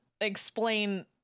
explain